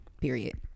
period